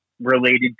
related